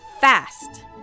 fast